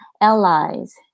allies